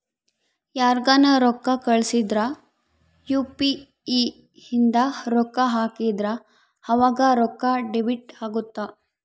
ಯಾರ್ಗನ ರೊಕ್ಕ ಕಳ್ಸಿದ್ರ ಯು.ಪಿ.ಇ ಇಂದ ರೊಕ್ಕ ಹಾಕಿದ್ರ ಆವಾಗ ರೊಕ್ಕ ಡೆಬಿಟ್ ಅಗುತ್ತ